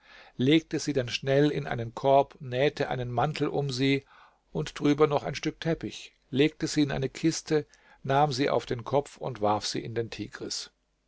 legte sie dann schnell in einen korb nähte einen mantel um sie und drüber noch ein stück teppich legte sie in eine kiste nahm sie auf den kopf und warf sie in den